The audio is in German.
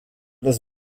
das